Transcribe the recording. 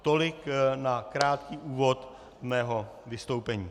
Tolik na krátký úvod mého vystoupení.